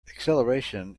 acceleration